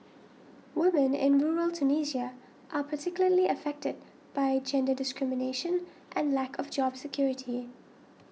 woman in rural Tunisia are particularly affected by gender discrimination and lack of job security